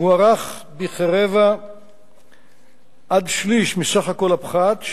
מוערך ברבע עד שליש מסך הפחת,